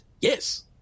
Yes